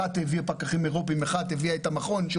אחת הביאה פקחים אירופאיים ואחת הביאה את המכון שהוא